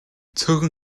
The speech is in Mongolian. цөөхөн